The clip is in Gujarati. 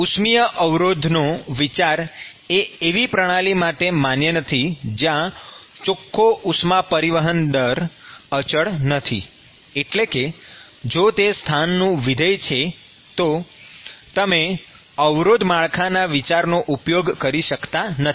ઉષ્મિય અવરોધનો વિચાર એ એવી પ્રણાલી માટે માન્ય નથી જ્યાં ચોખ્ખો ઉષ્મા પરિવહન દર અચળ નથી એટલે કે જો તે સ્થાનનું વિધેય છે તો તમે અવરોધ માળખાના વિચારનો ઉપયોગ કરી શકતા નથી